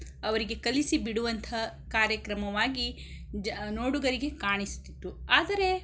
ಅವರಿಗೆ ಕಲಿಸಿಬಿಡುವಂಥ ಕಾರ್ಯಕ್ರಮವಾಗಿ ಜ ನೋಡುಗರಿಗೆ ಕಾಣಿಸ್ತಿತ್ತು ಆದರೆ